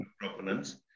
proponents